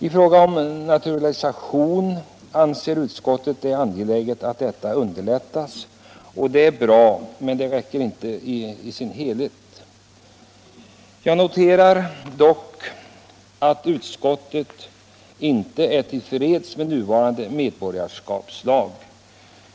I frågan om naturalisation anser utskottet det angeläget att sådan underlättas, och det är bra, men det räcker inte helt. Jag noterar dock att utskottet inte är till freds med nuvarande medborgarskapslag.